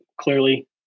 Clearly